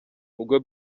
ubwo